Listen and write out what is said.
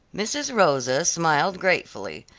mrs. rosa smiled gratefully,